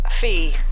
fee